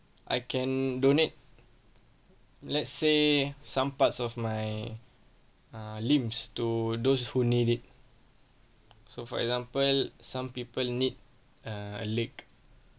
I can donate let's say some parts of my uh limbs to those who need it so for example some people need a leg